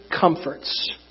comforts